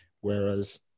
whereas